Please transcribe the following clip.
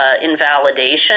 invalidation